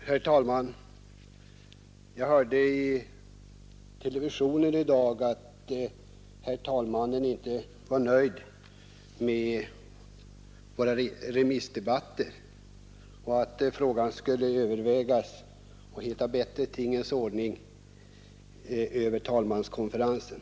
Herr talman! Jag hörde i televisionen i dag att herr talmannen inte var nöjd med våra remissdebatter och att frågan om att åstadkomma en bättre tingens ordning skulle övervägas av talmanskonferensen.